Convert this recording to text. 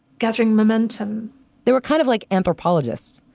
gathering momentum they were kind of like anthropologists.